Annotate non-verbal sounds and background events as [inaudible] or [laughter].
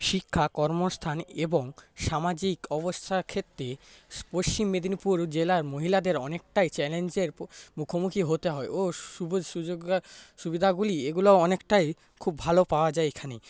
শিক্ষা কর্মস্থান এবং সামাজিক অবস্থার ক্ষেত্রে [unintelligible] পশ্চিম মেদিনীপুর জেলায় মহিলাদের অনেকটাই চ্যলেঞ্জের [unintelligible] মুখোমুখি হতে হয় ও [unintelligible] সুযোগ সুবিধাগুলি অনেকটাই ভালো পাওয়া যায় এখানে